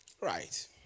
Right